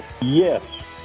Yes